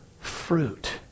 fruit